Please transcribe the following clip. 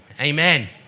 Amen